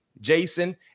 Jason